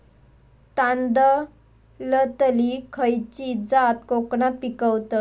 तांदलतली खयची जात कोकणात पिकवतत?